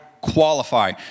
qualify